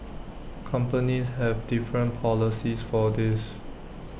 companies have different policies for this